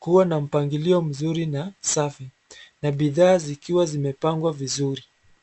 kuwa na mpangilio mzuri na safi na bidhaa zikiwa zimepangwa vizuri.